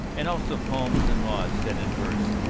and also poems and laws set in verse,